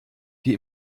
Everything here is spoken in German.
die